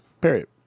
Period